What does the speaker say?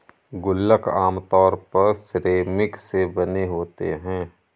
गुल्लक आमतौर पर सिरेमिक से बने होते हैं